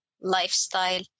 lifestyle